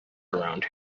around